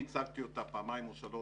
הצגתי אותה פעמיים או שלוש